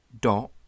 dot